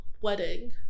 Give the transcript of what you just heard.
wedding